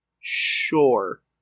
Sure